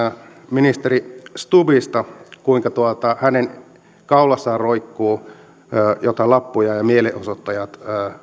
ministeri stubbista kuinka hänen kaulassaan roikkuu jotain lappuja ja mielenosoittajat